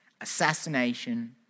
Assassination